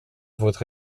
votre